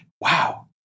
wow